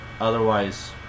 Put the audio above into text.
Otherwise